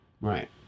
Right